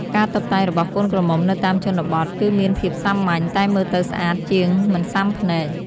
ការតុបតែងរបស់កូនក្រមុំនៅតាមជនបទគឺមានភាពសាមញ្ញតែមើលទៅស្អាតជាងមិនស៊ាំភ្នែក។